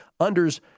unders